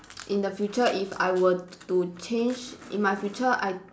in the future if I were to change in my future I